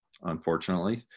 unfortunately